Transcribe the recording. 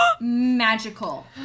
magical